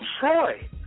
Troy